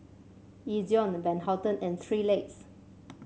Ezion Van Houten and Three Legs